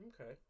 Okay